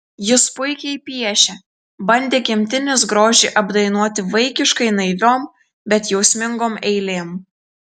jis puikiai piešė bandė gimtinės grožį apdainuoti vaikiškai naiviom bet jausmingom eilėm